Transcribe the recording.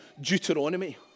Deuteronomy